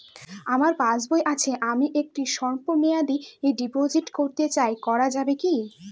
আমার পাসবই আছে আমি একটি স্বল্পমেয়াদি ডিপোজিট করতে চাই করা যাবে কি?